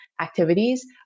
activities